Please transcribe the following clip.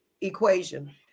equation